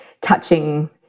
touching